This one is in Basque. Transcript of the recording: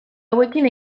hauekin